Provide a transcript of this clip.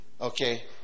Okay